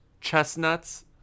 Chestnuts